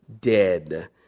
dead